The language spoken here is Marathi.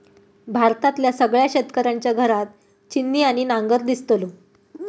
भारतातल्या सगळ्या शेतकऱ्यांच्या घरात छिन्नी आणि नांगर दिसतलो